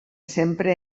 sempre